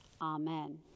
Amen